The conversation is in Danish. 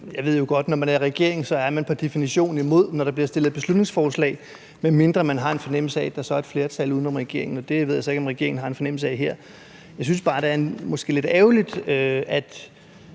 Jeg ved jo godt, at man, når man er i regering, pr. definition er imod, når der bliver fremsat et beslutningsforslag, medmindre man har en fornemmelse af, at der så er et flertal uden om regeringen. Det ved jeg så ikke om regeringen har en fornemmelse af her. Jeg synes bare, at det måske er lidt ærgerligt, at